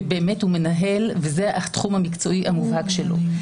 באמת הוא מנהל וזה התחום המקצועי המובהק שלו.